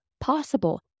possible